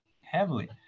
heavily